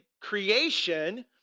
creation